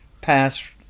passed